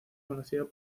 conocido